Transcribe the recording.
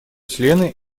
члены